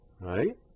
Right